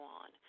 on